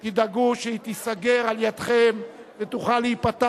תדאגו שהיא תיסגר על-ידיכם ותוכל להיפתח